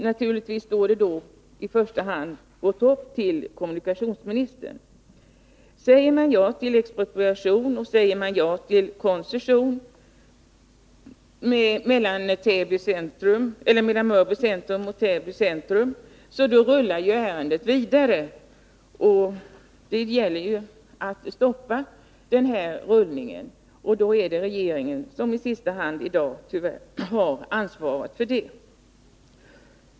Naturligtvis står då i första hand vårt hopp till kommunikationsministern. Säger man ja till expropriation och koncession för tunnelbanan mellan Mörby och Täby centrum, då rullar ju ärendet vidare. Det gäller att stoppa denna rullning, och då är det regeringen som i sista hand i dag — tyvärr — har ansvaret.